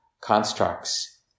constructs